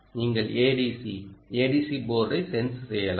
நீங்கள் ADC ADC போர்டை sense செய்யலாம்